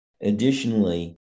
Additionally